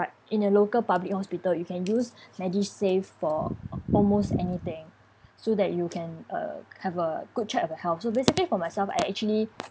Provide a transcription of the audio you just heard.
in a local public hospital you can use medisave for almost anything so that you can uh have a good check of your health so basically for myself I actually